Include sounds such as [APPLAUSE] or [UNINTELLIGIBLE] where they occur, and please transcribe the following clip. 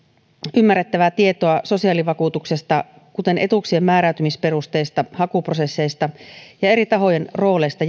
ymmärrettävää tietoa sosiaalivakuutuksesta kuten etuuksien määräytymisperusteista hakuprosesseista ja eri tahojen rooleista [UNINTELLIGIBLE]